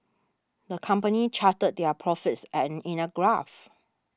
the company charted their profits an in a graph